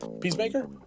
Peacemaker